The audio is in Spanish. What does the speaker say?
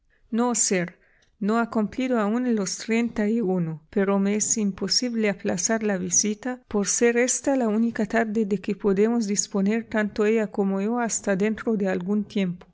no sir no ha cumplido aún los treinta y uno pero me es imposible aplazar la visita por ser ésta la única tarde de que podemos disponer tanto ella como yo hasta dentro de algún tiempo